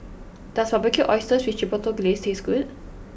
does Barbecued Oysters with Chipotle Glaze taste good